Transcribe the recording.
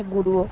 Guru